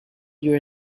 your